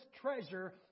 treasure